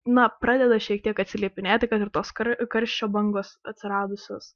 na pradeda šiek tiek atsiliepinėti kad ir tos kar karščio bangos atsiradusius